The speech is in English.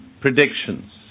predictions